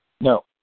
No